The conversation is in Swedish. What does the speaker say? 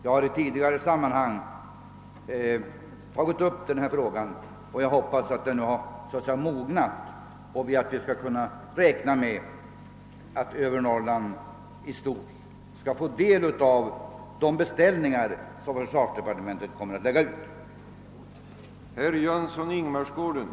Jag har tidigare tagit upp denna fråga och hoppas att den nu så att säga mognat, så att vi kan räkna med att övre Norrland i stort skall få del av de beställningar som försvarsdepartementet kommer att lägga ut.